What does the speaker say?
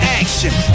action